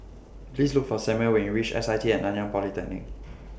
Please Look For Samual when YOU REACH S I T At Nanyang Polytechnic